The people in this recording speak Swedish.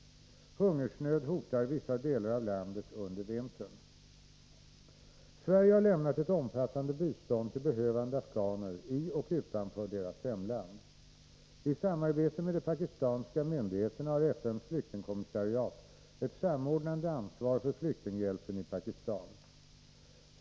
Hungersnöd hotar vissa delar av landet under vintern. Sverige har lämnat ett omfattande bistånd till behövande afghaner i och utanför deras hemland. I samarbete med de pakistanska myndigheterna har FN:s flyktingkommissariat ett samordnande ansvar för flyktinghjälpen i Pakistan.